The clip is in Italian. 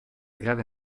grave